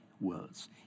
words